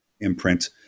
imprint